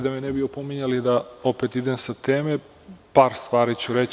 Da me ne bi opominjali da opet idem sa teme, par stvari ću reći.